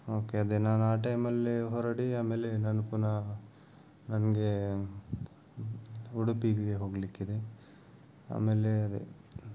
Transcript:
okay ಅದೇ ನಾನು ಆ ಟೈಮಲ್ಲೇ ಹೊರಡಿ ಆಮೇಲೆ ನಾನು ಪುನಃ ನನಗೆ ಉಡುಪಿಗೆ ಹೋಗಲಿಕ್ಕಿದೆ ಆಮೇಲೆ ಅದೇ